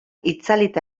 itzalita